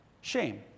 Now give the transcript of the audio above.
shame